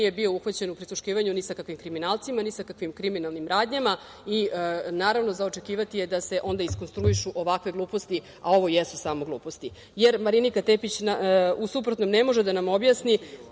nije bio uhvaćen u prisluškivanju ni sa kakvim kriminalcima, ni sa kakvim kriminalnim radnjama i naravno, za očekivati je da se onda iskonstruišu ovakve gluposti, a ovo jesu samo gluposti, jer Marinika Tepić u suprotnom ne može da nam objasni